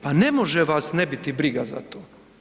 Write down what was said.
Pa ne može vas ne bi briga za to.